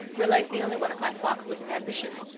rilla is the only one of my flock who isn't ambitious.